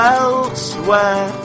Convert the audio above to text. elsewhere